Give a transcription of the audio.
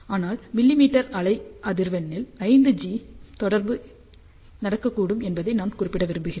ஆனால் மில்லிமீட்டர் அலை அதிர்வெண்ணில் 5 ஜி தொடர்பு நடக்கக்கூடும் என்பதை நான் குறிப்பிட விரும்புகிறேன்